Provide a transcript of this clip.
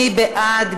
מי בעד?